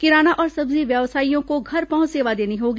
किराना और सब्जी व्यवसायियों को घर पहुंच सेवा देनी होगी